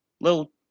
little